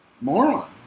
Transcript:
moron